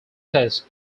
test